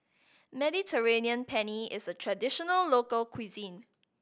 Mediterranean Penne is a traditional local cuisine